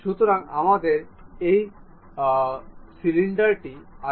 সুতরাং আমাদের এই সিলিন্ডারটি আছে